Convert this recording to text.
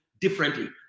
differently